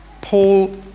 Paul